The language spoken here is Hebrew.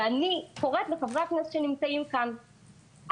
אני קוראת לחברי הכנסת שנמצאים כאן,